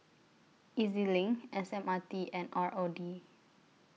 E Z LINK S M R T and R O D